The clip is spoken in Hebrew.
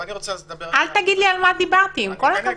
אל תגיד לי על מה דיברתי, עם כל הכבוד.